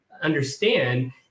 understand